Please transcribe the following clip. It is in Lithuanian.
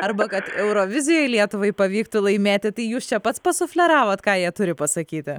arba kad eurovizijoj lietuvai pavyktų laimėti tai jūs čia pats pasufleravot ką jie turi pasakyti